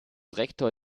rektor